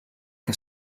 que